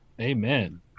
Amen